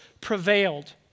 prevailed